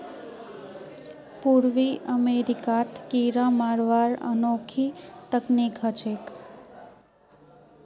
पूर्वी अमेरिकात कीरा मरवार अनोखी तकनीक ह छेक